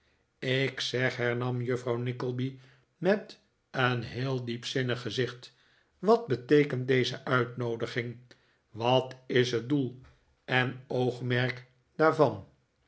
ik zeg hernam juffrouw nickleby met een heel diepzinnig gezicht wat beteekent deze uitnoodiging wat is het doel en oogmerk daarvan